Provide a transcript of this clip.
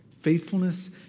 Faithfulness